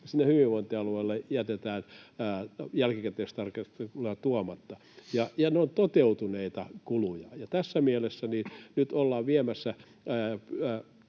hyvinvointialueille jätetään jälkikäteistarkasteluun tuomatta, ja ne ovat toteutuneita kuluja. Tässä mielessä nyt ollaan viemässä,